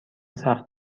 سخت